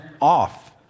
off